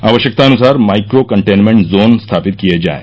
आवश्यकतानुसार micro containment zone स्थापित किए जाएं